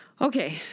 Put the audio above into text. okay